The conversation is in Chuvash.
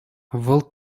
вӑл